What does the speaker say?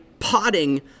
potting